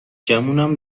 گمونم